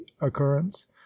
occurrence